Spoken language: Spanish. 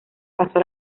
pasó